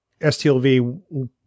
STLV